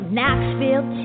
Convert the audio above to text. Knoxville